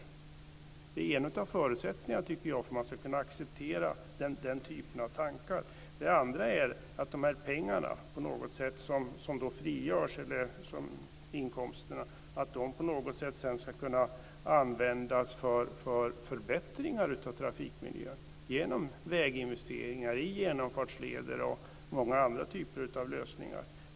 Jag tycker att det är en av förutsättningarna för att man ska kunna acceptera den typen av tankar. Dessutom ska de här inkomsterna på något sätt kunna användas till förbättringar av trafikmiljön genom väginvesteringar i genomfartsleder och många andra typer av lösningar.